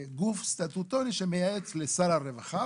גוף סטטוטורי שמייעץ לשר הרווחה,